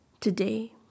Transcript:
today